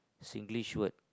Singlish word